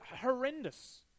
horrendous